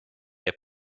der